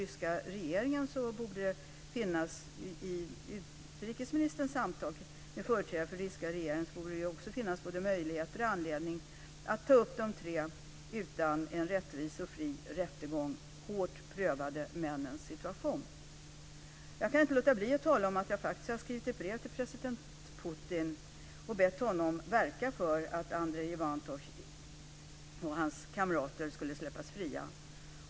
Jag tycker också att det vid utrikesministerns samtal med företrädare för den ryska regeringen borde finnas både möjligheter och anledning att ta upp de tre, utan en rättvis och fri rättegång, hårt prövade männens situation. Jag kan inte låta bli att tala om att jag faktiskt har skrivit ett brev till president Putin och bett honom att verka för att Andrei Ivantoc och hans kamrater skulle släppas fria.